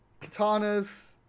katanas